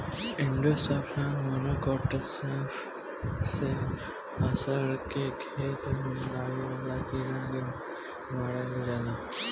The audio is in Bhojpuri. इंडोसल्फान, मोनोक्रोटोफास से अरहर के खेत में लागे वाला कीड़ा के मारल जाला